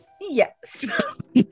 Yes